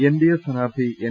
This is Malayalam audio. എൻഡിഎ സ്ഥാനാർത്ഥി എൻ